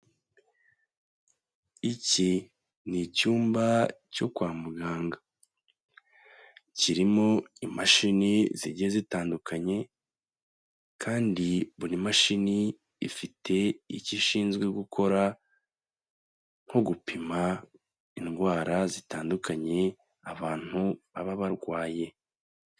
Iki ni icyumba cyo kwa muganga. kirimo imashini zigiye zitandukanye, kandi buri mashini ifite icyo ishinzwe gukora, nko gupima indwara zitandukanye, abantu baba barwaye.